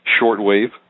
shortwave